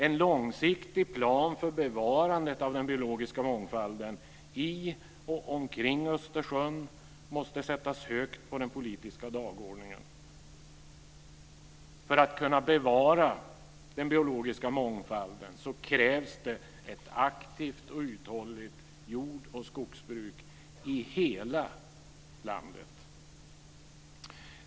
En långsiktig plan för bevarandet av den biologiska mångfalden i och omkring Östersjön måste sättas högt på den politiska dagordningen. För att vi ska kunna bevara den biologiska mångfalden krävs ett aktivt och uthålligt jordoch skogsbruk i hela vårt land.